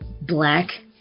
black